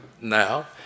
now